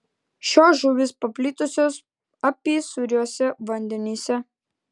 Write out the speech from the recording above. šios žuvys paplitusios apysūriuose vandenyse